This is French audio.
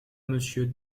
monsieur